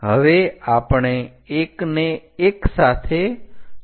હવે આપણે 1 ને 1 સાથે જોડવું પડશે